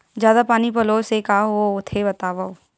जादा पानी पलोय से का होथे बतावव?